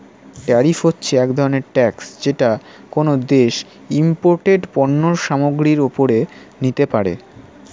tariff হচ্ছে এক ধরনের ট্যাক্স যেটা কোনো দেশ ইমপোর্টেড পণ্য সামগ্রীর ওপরে নিতে পারে